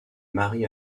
mary